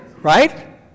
right